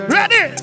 Ready